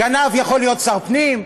גנב יכול להיות שר פנים?